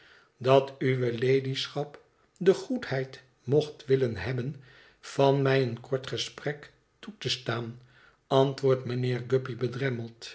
dat uwe ladyschap de goedheid mocht willen hebben van mij een kort gesprek toe te staan antwoordt mijnheer guppy